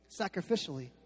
sacrificially